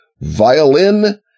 violin